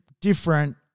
different